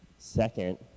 Second